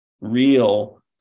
real